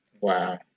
Wow